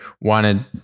wanted